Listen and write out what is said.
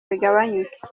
bigabanuke